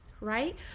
right